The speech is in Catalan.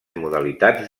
modalitats